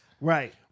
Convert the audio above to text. Right